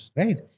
right